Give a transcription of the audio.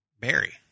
Barry